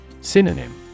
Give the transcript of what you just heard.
Synonym